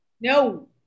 no